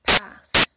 past